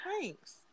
Thanks